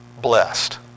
blessed